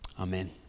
amen